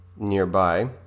Nearby